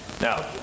Now